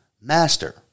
Master